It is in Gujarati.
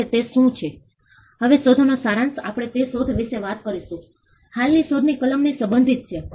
પરંતુ પ્રશ્ન સહભાગીઓના પ્રશ્નમાં રહે છે કે લોકો શા માટે ભાગ લે છે